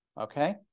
Okay